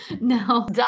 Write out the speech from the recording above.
No